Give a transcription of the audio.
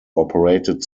operated